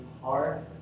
hard